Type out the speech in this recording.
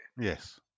Yes